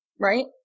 right